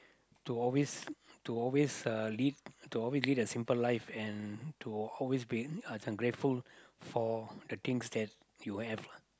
to always to always uh lead to always lead a simple life and to always be uh this one grateful for the things that you have lah